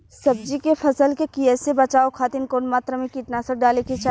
सब्जी के फसल के कियेसे बचाव खातिन कवन मात्रा में कीटनाशक डाले के चाही?